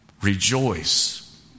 Rejoice